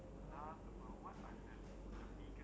oh what will I risk uh I will risk um